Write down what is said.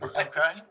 Okay